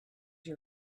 your